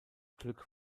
glück